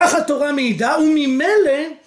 כך התורה מעידה וממילא...